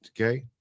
Okay